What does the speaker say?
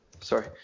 Sorry